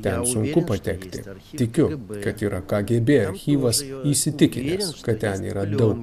ten sunku patekti tikiu kad yra kgb archyvas įsitikinęs kad ten yra daug